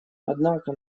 однако